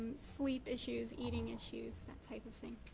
sleep issues, eating issues, that type of thing.